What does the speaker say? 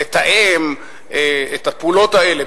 לתאם את הפעולות האלה,